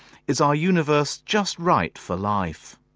is our universe just right for life?